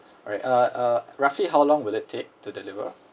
alright uh uh roughly how long will it take to deliver